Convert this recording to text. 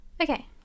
Okay